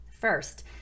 first